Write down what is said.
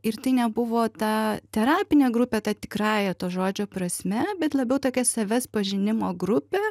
ir tai nebuvo ta terapinė grupė ta tikrąja to žodžio prasme bet labiau tokia savęs pažinimo grupė